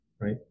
right